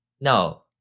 No